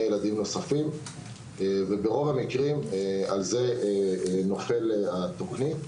נוספים וברוב המקרים על זה נופלות התוכניות.